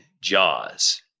Jaws